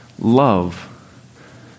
Love